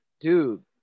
dude